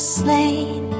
slain